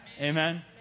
amen